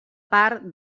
part